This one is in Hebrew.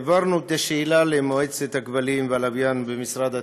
העברנו את השאלה למועצת הכבלים והלוויין במשרד התקשורת.